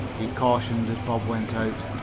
he cautioned as bob went out.